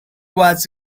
was